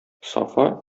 сафа